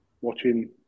watching